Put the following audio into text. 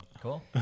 cool